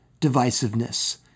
divisiveness